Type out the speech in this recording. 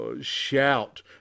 shout